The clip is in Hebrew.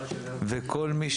וכל מי